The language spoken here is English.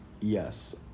yes